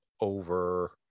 over